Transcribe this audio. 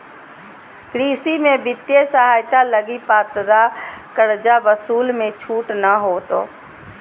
कृषि में वित्तीय सहायता लगी पात्रता कर्जा वसूली मे छूट नय होतो